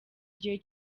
gihe